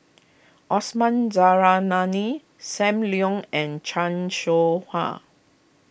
Osman Zairalani Sam Leong and Chan Soh Ha